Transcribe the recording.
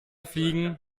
fliegen